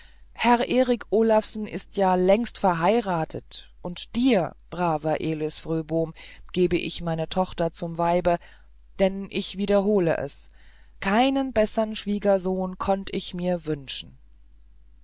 herr eric olawsen ist ja längst verheiratet und dir braver elis fröbom gebe ich meine tochter zum weibe denn ich wiederhole es keinen bessern schwiegersohn konnt ich mir wünschen